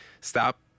stop